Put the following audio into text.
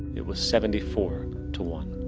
it was seventy-four to one.